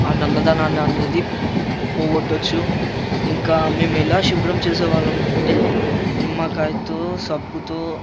నల్లదనాన్ని అనేది పోగొట్టచ్చు ఇంకా మేమెలా శుభ్రం చేసేవాళ్లమంటే నిమ్మకాయతో సబ్బుతో